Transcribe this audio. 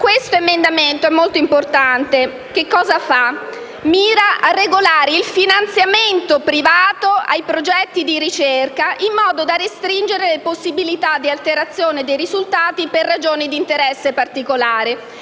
questo emendamento è molto importante perché mira a regolare il finanziamento privato ai progetti di ricerca in modo da restringere le possibilità di alterazione dei risultati per ragioni di interesse particolare.